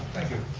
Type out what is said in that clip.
thank you.